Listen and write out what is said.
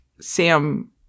Sam